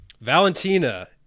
Valentina